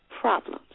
problems